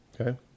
okay